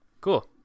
Cool